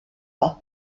par